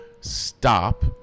stop